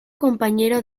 compañero